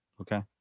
Okay